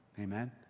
Amen